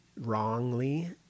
wrongly